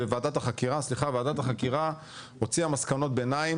ועדת החקירה הוציאה מסקנות ביניים,